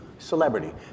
celebrity